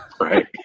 Right